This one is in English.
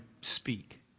speak